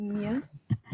Yes